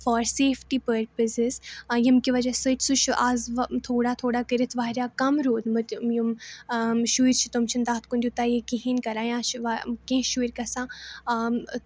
for safety purposes ییٚمہِ کہِ وجہ سۭتۍ سُہ چھُ اَز تھوڑا تھوڑا کٔرِتھ واریاہ کَم روٗدمُت یِم شُرۍ چھِ تِم چھِنہٕ تَتھ کُن یوٗتاہ یہِ کِہیٖنٛۍ کَران یا چھِ وا کیٚنٛہہ شُرۍ گژھان